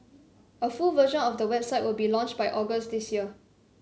a full version of the website will be launched by August this year